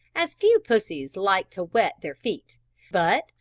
as few pussies like to wet their feet but,